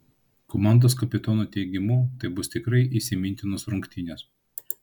komandos kapitono teigimu tai bus tikrai įsimintinos rungtynės